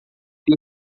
ter